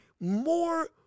more